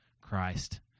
Christ